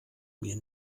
mir